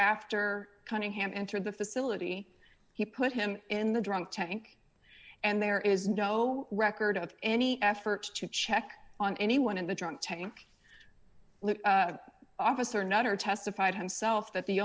after cunningham entered the facility he put him in the drunk tank and there is no record of any effort to check on anyone in the drunk tank officer nutter testified himself that the